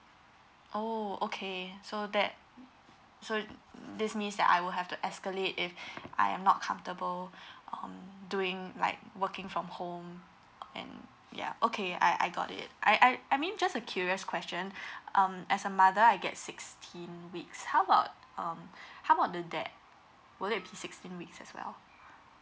oh okay so that so this means that I will have to escalate if I'm not comfortable um doing like working from home and ya okay I I got it I I I mean just a curious question um as a mother I get sixteen weeks how about um how about the dad would it be sixteen weeks as well